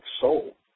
soul